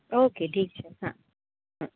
okay ઠીક છે હા હા